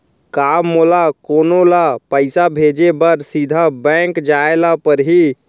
का मोला कोनो ल पइसा भेजे बर सीधा बैंक जाय ला परही?